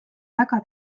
väga